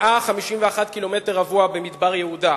151 קמ"ר במדבר יהודה,